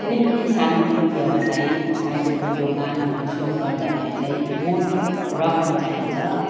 कुनै पनि सानो तिनो व्यवसाय सानो तिनो दोकानहरूको सुरु गर्दाखेरि चाहिँ मोठ रकम चाहिन्छ